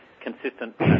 consistent